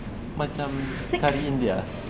macam curry india